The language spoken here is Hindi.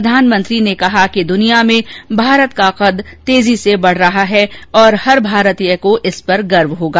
प्रधानमंत्री ने कहा कि दुनिया में भारत का कद र्तेजी से बढ़ रहा है और हर भारतीय को इस पर गर्व होगा